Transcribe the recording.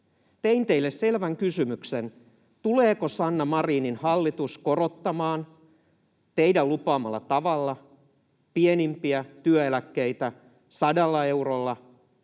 Tein teille selvän kysymyksen: tuleeko Sanna Marinin hallitus korottamaan teidän lupaamalla tavalla pienimpiä työeläkkeitä 100 eurolla